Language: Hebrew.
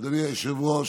אדוני היושב-ראש,